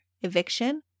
eviction